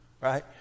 Right